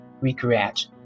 regret